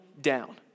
down